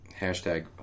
hashtag